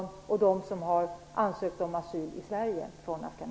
Det gäller också dem som har ansökt om asyl i Sverige från